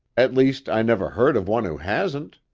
at least, i never heard of one who hasn't.